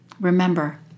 Remember